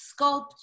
sculpt